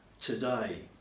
today